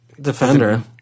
Defender